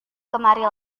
kemari